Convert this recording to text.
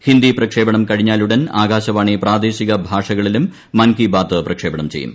ഹിന്ദി പ്രക്ഷേപണം കഴിഞ്ഞാലുടൻ ആകാശവാണി പ്രാദേശികഭാഷകളിലും മൻകിബാത്ത് പ്രക്ഷേപണം ചെയ്യും